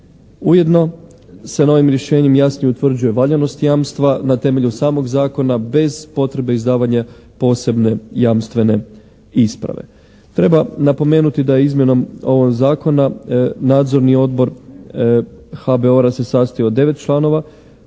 Ujedno se novim rješenjem jasnije utvrđuje valjanost jamstva na temelju samog zakona bez potrebe izdavanja posebne jamstvene isprave. Treba napomenuti da je izmjenom ovog zakona Nadzorni odbor HBOR-a se sastoji od 9 članova